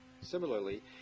similarly